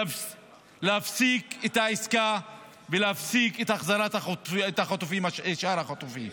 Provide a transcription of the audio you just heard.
להפסיק את העסקה ולהפסיק את החזרת שאר החטופים.